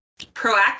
proactive